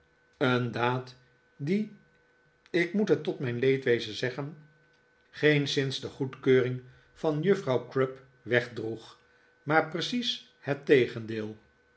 een daad die ik moet het tot mijn leedwezen zeggen geenszins de goedkeuring van juffrouw crupp wegdroeg maar precies het tegendeel